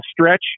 stretch